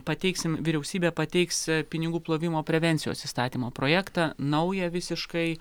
pateiksim vyriausybė pateiks pinigų plovimo prevencijos įstatymo projektą naują visiškai